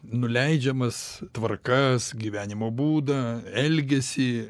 nuleidžiamas tvarkas gyvenimo būdą elgesį